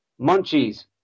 munchies